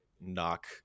knock